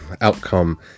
outcome